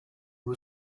who